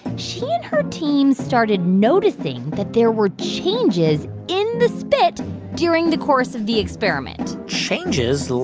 she and her team started noticing that there were changes in the spit during the course of the experiment changes?